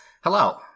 Hello